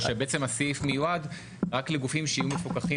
או שבעצם הסעיף מיועד רק לגופים שיהיו מפוקחים